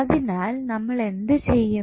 അതിനാൽ നമ്മൾ എന്തു ചെയ്യും